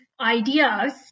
ideas